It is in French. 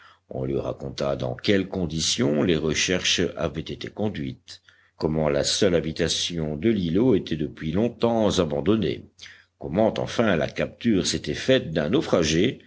on lui raconta dans quelles conditions les recherches avaient été conduites comment la seule habitation de l'îlot était depuis longtemps abandonnée comment enfin la capture s'était faite d'un naufragé